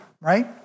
right